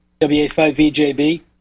wa5vjb